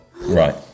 Right